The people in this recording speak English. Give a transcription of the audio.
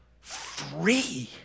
free